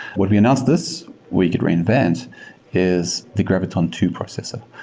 what we announced this week at reinvent is the graviton two processor,